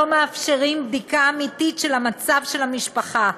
מאפשרים בדיקה אמיתית של המצב של המשפחה,